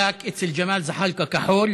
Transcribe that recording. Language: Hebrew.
איך נדלק אצל ג'מאל זחאלקה כחול,